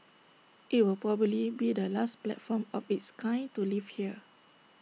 IT will probably be the last platform of its kind to leave here